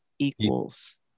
Equals